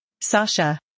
Sasha